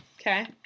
Okay